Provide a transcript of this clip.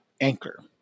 Anchor